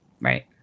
Right